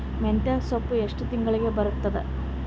ಮೆಂತ್ಯ ಸೊಪ್ಪು ಎಷ್ಟು ತಿಂಗಳಿಗೆ ಬರುತ್ತದ?